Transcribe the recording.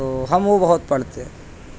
تو ہم وہ بہت پڑھتے ہیں